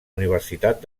universitat